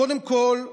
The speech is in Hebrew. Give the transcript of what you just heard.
קודם כול,